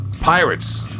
pirates